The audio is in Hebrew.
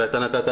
ואתה נתת,